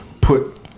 put